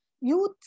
youth